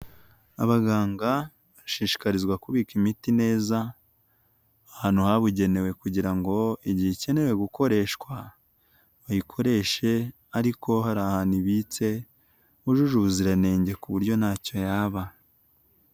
Abaganga bashishikarizwa kubika imiti neza ahantu habugenewe kugira ngo igihe ikenewe gukoreshwa, bayikoreshe ariko hari ahantu ibitse hujuje ubuziranenge ku buryo ntacyo yaba.